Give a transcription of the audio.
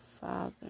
Father